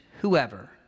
whoever